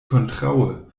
kontraŭe